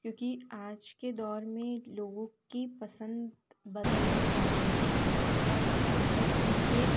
क्योंकि आज के दौर में लोगों की पसंद बदलती जा रही है और हम उस पसंद के